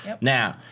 Now